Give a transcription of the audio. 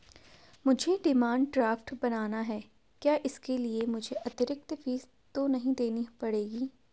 मुझे demand draft बनाना है क्या इसके लिए मुझे अतिरिक्त फीस तो नहीं देनी पड़ेगी?